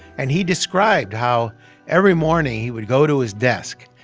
and he described how every morning he would go to his desk,